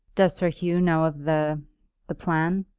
does sir hugh know of the the plan?